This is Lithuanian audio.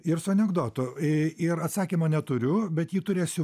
ir su anekdotu ir atsakymo neturiu bet jį turėsiu